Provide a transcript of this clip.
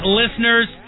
listeners